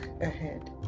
ahead